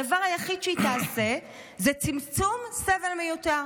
הדבר היחיד שהיא תעשה הוא צמצום סבל מיותר.